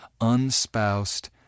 unspoused